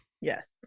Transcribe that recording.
Yes